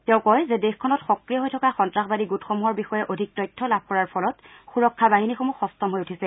তেওঁ কয় যে দেশখনত সক্ৰিয় হৈ থকা সন্তাসবাদী গোটসমূহৰ বিষয়ে অধিক তথ্য লাভ কৰাৰ ফলত সুৰক্ষা বাহিনীসমূহ সষ্টম হৈ উঠিছে